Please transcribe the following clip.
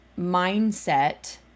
mindset